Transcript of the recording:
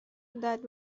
that